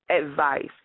advice